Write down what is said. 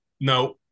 No